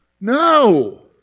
No